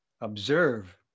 Observe